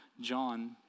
John